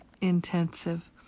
intensive